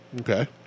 Okay